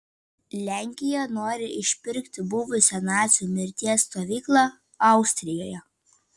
lenkija nori išpirkti buvusią nacių mirties stovyklą austrijoje